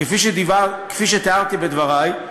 כפי שתיארתי בדברי,